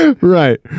Right